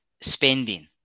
spending